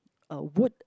a wood